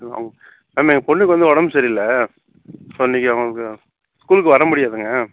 ஆமாம் அவங்க மேம் எங்கள் பொண்ணுக்கு வந்து உடம்பு சரியில்லை ஸோ இன்றைக்கு அவங்களுக்கு ஸ்கூலுக்கு வரமுடியாதுங்க